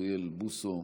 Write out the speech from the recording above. חבר הכנסת אוריאל בוסו,